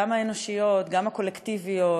גם האנושיות וגם הקולקטיביות,